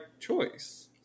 choice